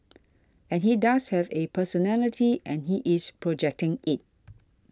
and he does have a personality and he is projecting it